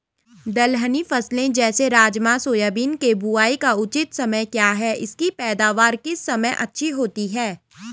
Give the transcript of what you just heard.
दलहनी फसलें जैसे राजमा सोयाबीन के बुआई का उचित समय क्या है इसकी पैदावार किस समय अच्छी होती है?